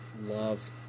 love